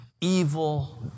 evil